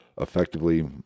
effectively